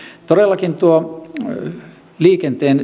todellakin liikenteen